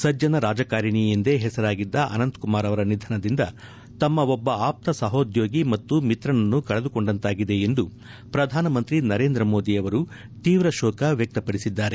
ಸಜ್ಜನ ರಾಜಕಾರಿಣಿ ಎಂದೇ ಹೆಸರಾಗಿದ್ದ ಅನಂತಕುಮಾರ್ ಅವರ ನಿಧನದಿಂದ ತಮ್ಮ ಒಬ್ಬ ಆಪ್ತ ಸಹೋದ್ಯೋಗಿ ಮತ್ತು ಮಿತ್ರನನ್ನು ಕಳೆದುಕೊಂಡಂತಾಗಿದೆ ಎಂದು ಪ್ರಧಾನಮಂತ್ರಿ ನರೇಂದ್ರ ಮೋದಿ ಅವರು ತೀವ್ರ ಶೋಕ ವ್ಯಕ್ತಪದಿಸಿದ್ದಾರೆ